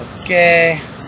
Okay